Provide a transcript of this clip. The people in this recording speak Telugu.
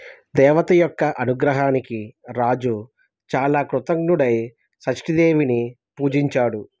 దేవత యొక్క అనుగ్రహానికి రాజు చాలా కృతజ్ఞుడై షష్ఠీ దేవిని పూజించాడు